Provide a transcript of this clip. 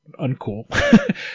uncool